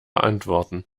antworten